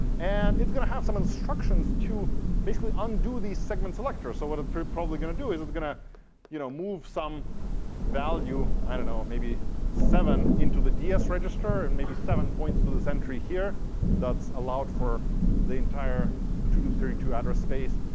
and it's going to have some instructions to basically undo these segment selectors. so what it's probably probably going to do is it's going to you know move some value i don't know, maybe seven into the ds register and maybe some points to this entry here that's allowed for the entire two to the thirty two address space.